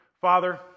Father